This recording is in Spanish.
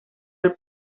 del